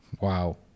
wow